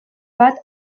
bat